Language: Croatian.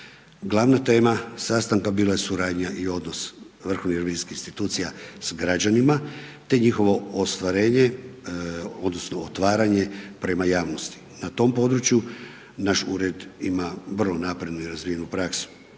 Glavna tema sastanka bila je suradnja i odnos vrhovnih revizijskih institucija s građanima te njihovo ostvarenje odnosno otvaranje prema javnosti. Na tom području naš ured ima vrlo naprednu i razvijenu praksu.